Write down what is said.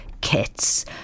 Kits